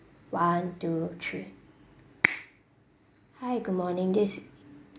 one two three hi good morning this is